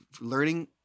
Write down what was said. learning